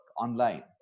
online